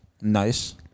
Nice